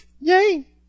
Yay